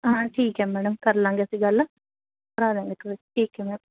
ਹਾਂ ਠੀਕ ਹੈ ਮੈਡਮ ਕਰ ਲਾਂਗੇ ਅਸੀਂ ਗੱਲ ਭਰਵਾ ਦਾਂਗੇ ਟੋਏ ਠੀਕ ਹੈ ਮੈਮ